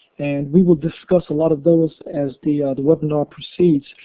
and we will discuss a lot of those as the ah the webinar procedures.